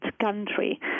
country